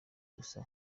gusa